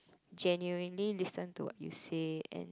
genuinely listen to what you say and